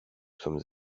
sommes